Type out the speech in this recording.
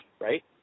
right